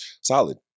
Solid